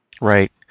Right